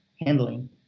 handling